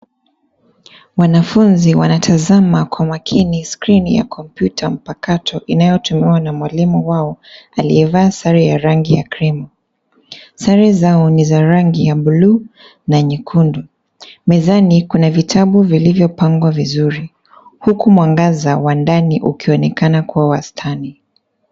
Wanafunzi wanatazama kwa umakini skrini ya kompyuta mpakato inayotumiwa na mwalimu wao aliyevaa sare ya rangi ya krimu. Sare zao ni za rangi ya buluu na nyekundu . Mezani, kuna vitabu vilivyopangwa vizuri huku mwangaza wa ndani ukionekana kuwa wastani